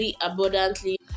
abundantly